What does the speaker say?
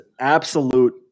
absolute